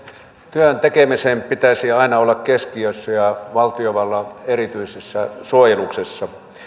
työn tekemisen pitäisi aina olla keskiössä ja valtiovallan erityisessä suojeluksessa